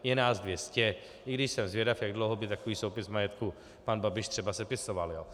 Je nás dvě stě, i když jsem zvědav, jak dlouho by takový soupis majetku pan Babiš třeba sepisoval.